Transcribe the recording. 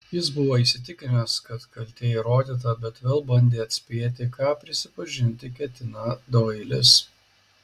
jis buvo įsitikinęs kad kaltė įrodyta bet vėl bandė atspėti ką prisipažinti ketina doilis